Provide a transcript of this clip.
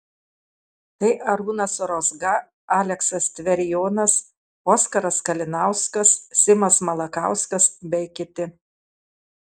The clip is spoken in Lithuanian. tai arūnas rozga aleksas tverijonas oskaras kalinauskas simas malakauskas bei kiti